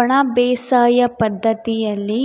ಒಣ ಬೇಸಾಯ ಪದ್ದತಿಯಲ್ಲಿ